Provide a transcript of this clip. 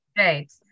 Right